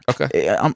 Okay